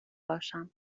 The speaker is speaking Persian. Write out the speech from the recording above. باشم